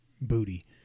booty